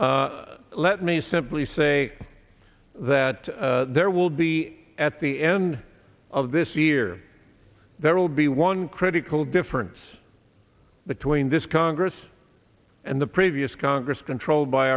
let me simply say that there will be at the end of this year there will be one critical difference between this congress and the previous congress controlled by